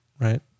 Right